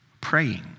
praying